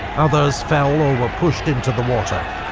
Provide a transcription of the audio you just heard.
others fell or were pushed into the water,